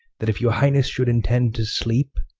that if your highnesse should intend to sleepe,